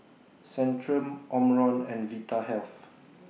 Centrum Omron and Vitahealth